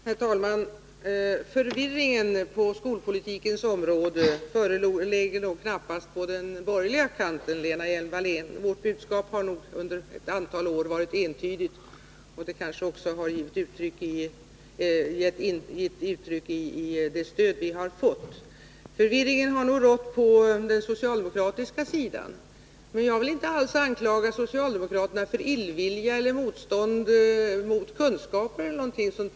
Herr talman! Förvirringen på skolpolitikens område ligger nog knappast på den borgerliga kanten, Lena Hjelm-Wallén. Vårt budskap har nog under ett antal år varit entydigt, och detta har kanske också kommit till uttryck i det stöd vi har fått. Förvirringen har nog rått på den socialdemokratiska sidan. Men jag vill inte alls anklaga socialdemokraterna för illvilja eller motstånd mot kunskaper eller något sådant.